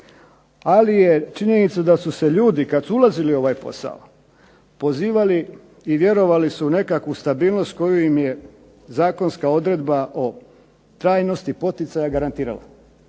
Ali je činjenica da su se ljudi kad su ulazili u ovaj posao pozivali i vjerovali su u nekakvu stabilnost koju im je zakonska odredba o trajnosti poticaja garantirala,